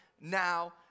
now